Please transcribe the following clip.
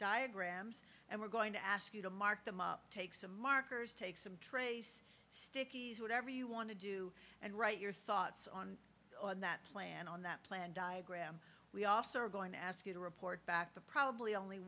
diagrams and we're going to ask you to mark them up take some markers take some trace stickies whatever you want to do and write your thoughts on that plan on that plan diagram we also are going to ask you to report back to probably only